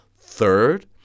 Third